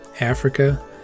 Africa